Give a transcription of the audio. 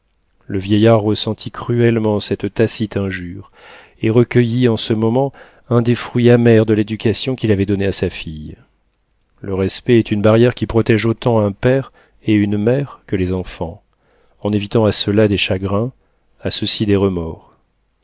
le vieillard ressentit cruellement cette tacite injure et recueillit en ce moment un des fruits amers de l'éducation qu'il avait donnée à sa fille le respect est une barrière qui protége autant un père et une mère que les enfants en évitant à ceux-là des chagrins à ceux-ci des remords